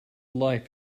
life